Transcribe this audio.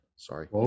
Sorry